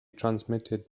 transmitted